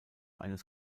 eines